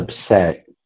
upset